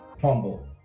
humble